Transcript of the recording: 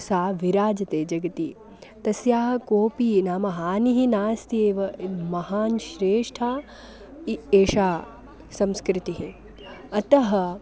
सा विराजते जगति तस्याः कापि नाम हानिः नास्ति एव यद् महती श्रेष्ठा इ एषा संस्कृतिः अतः